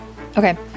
Okay